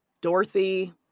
dorothy